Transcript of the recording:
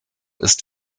ist